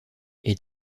est